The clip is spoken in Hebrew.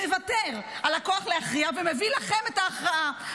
מוותר על הכוח להכריע ומביא לכם את ההכרעה.